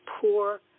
poor